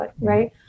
right